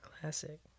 classic